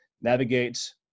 navigate